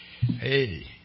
Hey